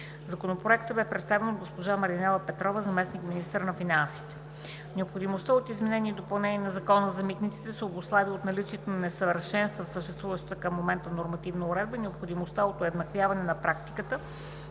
Законопроектът бе представен от госпожа Маринела Петрова –заместник-министър на финансите. Необходимостта от изменение и допълнение на Закона за митниците се обуславя от наличието на несъвършенства в съществуващата към момента нормативна уредба и необходимост от уеднаквяване на практиката,